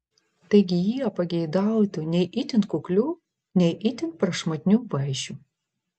taigi jie pageidautų nei itin kuklių nei itin prašmatnių vaišių